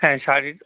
হ্যাঁ শাড়ির